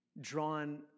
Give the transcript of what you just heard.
drawn